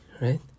right